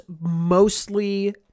mostly